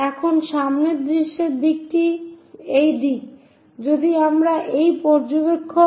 এখন সামনের দৃশ্যের দিকটি এই দিক